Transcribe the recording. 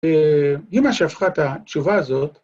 ‫אם השפחת התשובה הזאת...